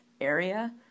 area